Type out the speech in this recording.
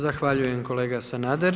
Zahvaljujem kolega Sanader.